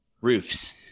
roofs